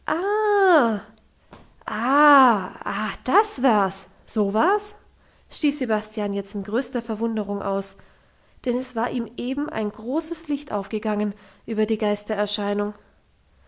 ah das war's so war's stieß sebastian jetzt in größter verwunderung aus denn es war ihm eben ein großes licht aufgegangen über die